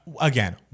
again